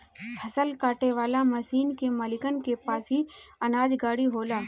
फसल काटे वाला मशीन के मालिकन के पास ही अनाज गाड़ी होला